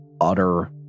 utter